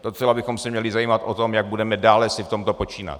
Docela bychom se měli zajímat o to, jak budeme dále si v tomto počínat.